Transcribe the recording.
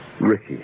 Ricky